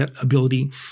ability